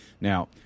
Now